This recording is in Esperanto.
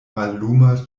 malluma